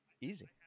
Easy